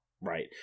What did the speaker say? right